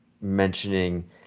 mentioning